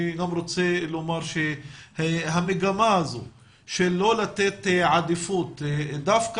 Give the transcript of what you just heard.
אני גם רוצה לומר שהמגמה הזו לא לתת עדיפות דווקא